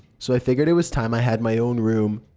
so i figured it was time i had my own room.